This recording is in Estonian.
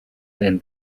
end